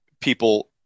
people